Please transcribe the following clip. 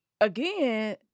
again